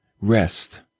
Rest